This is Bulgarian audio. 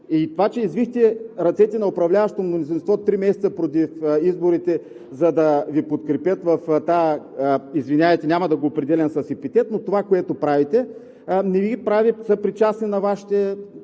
и това, че извихте ръцете на управляващото мнозинство три месеца преди изборите, за да Ви подкрепят в тази – няма да го определям с епитет, но това, което правите, не Ви прави съпричастни на нещата,